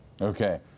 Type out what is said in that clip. Okay